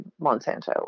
Monsanto